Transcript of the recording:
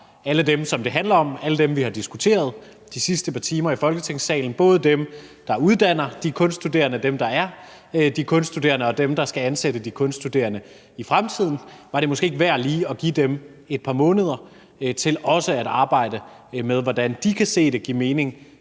alle dem, som det handler om, alle dem, vi har diskuteret de sidste par timer i Folketingssalen, både dem, der uddanner de kunststuderende, de kunststuderende selv, og dem, der skal ansætte de kunststuderende i fremtiden. Var det måske ikke værd lige at give dem et par måneder til også at arbejde med, hvordan de kan se det give mening